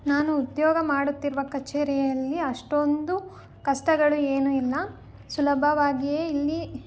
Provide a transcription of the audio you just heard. ನಾನು ಉದ್ಯೋಗ ಮಾಡುತ್ತಿರುವ ಕಚೇರಿಯಲ್ಲಿ ಅಷ್ಟೊಂದು ಕಷ್ಟಗಳು ಏನು ಇಲ್ಲ ಸುಲಭವಾಗಿಯೇ ಇಲ್ಲಿ